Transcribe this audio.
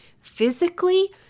physically